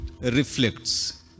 reflects